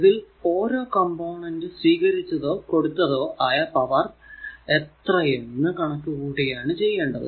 ഇതിൽ ഓരോ കംപോണന്റ് സ്വീകരിച്ചതോ കൊടുത്തോ ആയ പവർ എത്രയെന്നു കണക്കു കൂട്ടുകയാണ് ചെയ്യേണ്ടത്